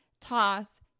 toss